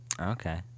Okay